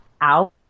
out